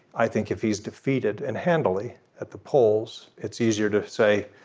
i think if he's defeated and handily at the polls it's easier to say.